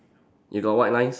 you got white lines